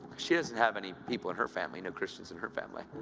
she doesn't have any people in her family, no christians in her family.